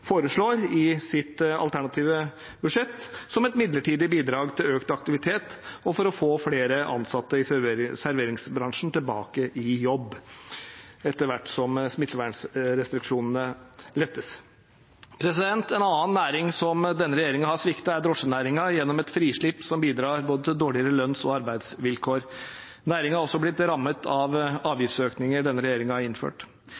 foreslår i sitt alternative budsjett, som et midlertidig bidrag til økt aktivitet og for å få flere ansatte i serveringsbransjen tilbake i jobb etter hvert som det lettes på smittevernrestriksjonene. En annen næring som denne regjeringen har sviktet, er drosjenæringen, gjennom et frislipp som bidrar til dårligere lønns- og arbeidsvilkår. Næringen har også blitt rammet av avgiftsøkninger denne regjeringen har innført.